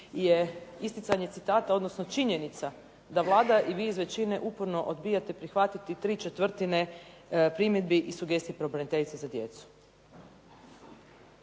je isticanje citata, odnosno činjenica da Vlada i vi iz većine uporno odbijate prihvatiti 3/4 primjedbi i sugestija pravobraniteljice za djecu.